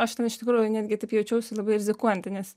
aš ten iš tikrųjų netgi taip jaučiausi labai rizikuojanti nes